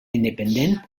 independent